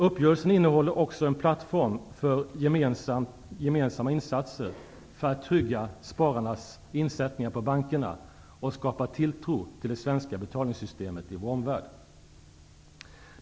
Uppgörelsen innehåller också en plattform för gemensamma insatser för att trygga spararnas insättningar på bankerna och skapa tilltro till det svenska betalningssystemet i vår omvärld.